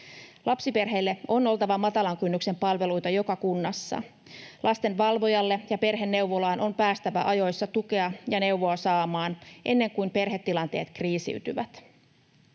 Lapsiperheille on oltava matalan kynnyksen palveluita joka kunnassa. Lastenvalvojalle ja perheneuvolaan on päästävä ajoissa tukea ja neuvoa saamaan, ennen kuin perhetilanteet kriisiytyvät.